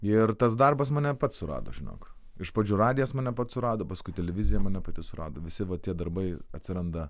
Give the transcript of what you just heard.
ir tas darbas mane pats surado žinok iš pradžių radijas mane surado paskui televizija mane pati surado visi va tie darbai atsiranda